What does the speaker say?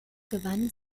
gewann